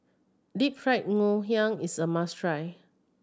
Deep Fried Ngoh Hiang is a must try